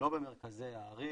לא במרכזי הערים,